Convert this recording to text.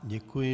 Děkuji.